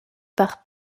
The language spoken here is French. par